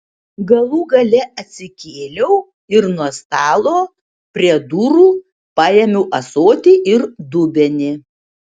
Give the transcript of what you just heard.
galų gale atsikėliau ir nuo stalo prie durų paėmiau ąsotį ir dubenį